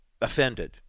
offended